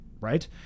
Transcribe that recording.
right